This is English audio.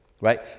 right